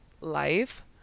life